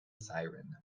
siren